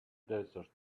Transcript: desert